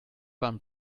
wären